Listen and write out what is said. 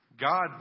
God